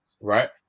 right